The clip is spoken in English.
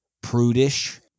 prudish